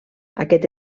aquest